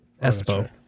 Espo